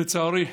לצערי,